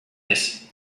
this